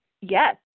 Yes